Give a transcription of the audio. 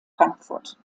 frankfurt